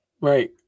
Right